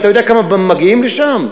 אתה יודע כמה מגיעים לשם?